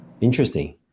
interesting